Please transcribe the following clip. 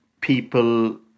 people